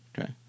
Okay